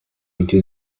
into